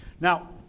Now